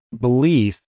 belief